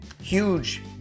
huge